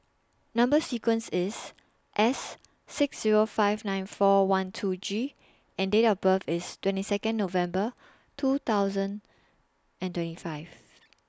Number sequence IS S six Zero five nine four one two G and Date of birth IS twenty Second November two thousand and twenty five